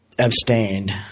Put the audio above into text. abstained